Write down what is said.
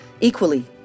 Equally